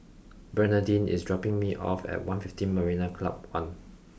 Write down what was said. Bernardine is dropping me off at One Fifteen Marina Club One